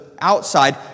outside